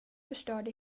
förstörde